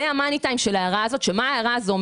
זה ה-money time של ההערה הזאת, ומה היא אומרת?